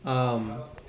आम्